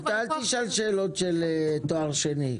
אל תשאל שאלות של תואר שני.